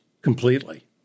completely